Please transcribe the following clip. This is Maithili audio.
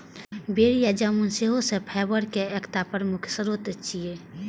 बेरी या जामुन सेहो फाइबर के एकटा प्रमुख स्रोत छियै